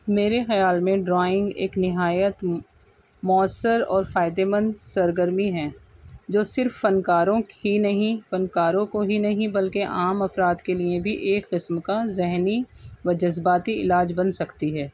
میرے خیال میں ڈرائنگ ایک نہایت مؤثر اور فائدے مند سرگرمی ہے جو صرف فنکاروں ہی نہیں فنکاروں کو ہی نہیں بلکہ عام افراد کے لیے بھی ایک قسم کا ذہنی و جذباتی علاج بن سکتی ہے